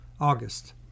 August